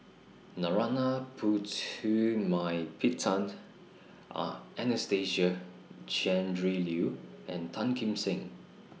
Narana Putumaippittan Are Anastasia Tjendri Liew and Tan Kim Seng